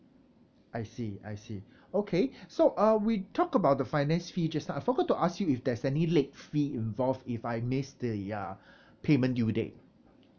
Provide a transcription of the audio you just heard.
I see I see okay so uh we talk about the finance features I forgot to ask you if there's any late fee involved if I miss the uh payment due date